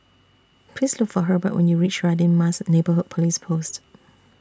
Please Look For Herbert when YOU REACH Radin Mas Neighbourhood Police Post